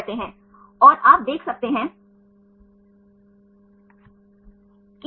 जैसा कि आप देख सकते हैं कि यह N Cα C N Cα C से शुरू होता है